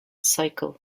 cycle